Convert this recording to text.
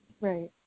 Right